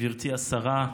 גברתי השרה,